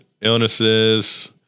illnesses